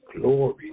glory